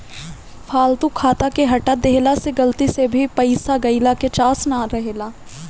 फालतू खाता के हटा देहला से गलती से भी पईसा गईला के चांस ना रहेला